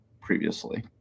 previously